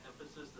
emphasis